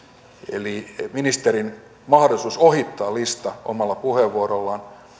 eli ministerin mahdollisuus ohittaa lista omalla puheenvuorollaan